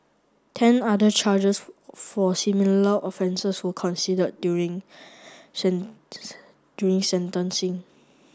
ten other charges for similar offences were considered during during sentencing